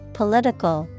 political